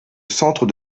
centre